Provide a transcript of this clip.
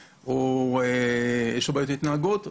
יש לילד בעיות התנהגות,